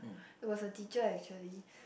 it was a teacher actually